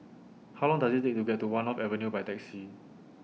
How Long Does IT Take to get to one North Avenue By Taxi